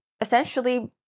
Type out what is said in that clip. essentially